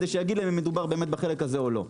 כדי שיגיד להם אם מדובר באמת בחלק הזה או לא.